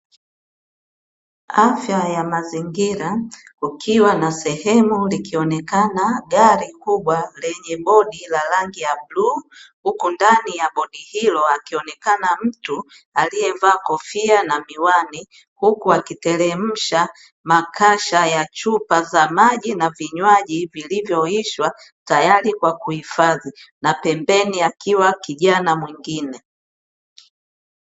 Afya ya mazingira kukiwa na sehemu likionekana gari kubwa lenye bodi la rangi ya bluu, huku ndani ya bodi hilo akionekana mtu aliyevaaa kofia na miwani, huku akiteremsha makasha ya chupa za maji na vinywaji vilivyoisha tayari kwa kuhifadhi na pembeni akionekana kijana mwingine.